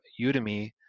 udemy